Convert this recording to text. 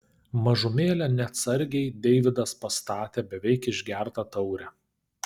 mažumėlę neatsargiai deividas pastatė beveik išgertą taurę